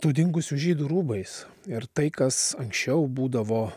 tų dingusių žydų rūbais ir tai kas anksčiau būdavo